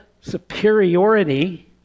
superiority